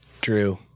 Drew